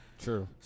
True